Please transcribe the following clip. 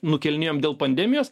nukelinėjom dėl pandemijos